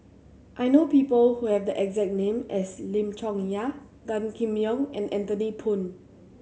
I know people who have the exact name as Lim Chong Yah Gan Kim Yong and Anthony Poon